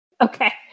Okay